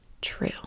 true